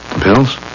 pills